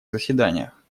заседаниях